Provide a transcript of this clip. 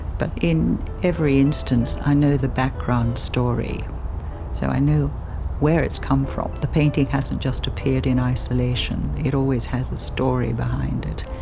but in every instance i know the background story so i knew where it's come from. the painting hasn't just appeared in isolation. it always has a story behind it.